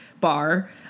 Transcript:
bar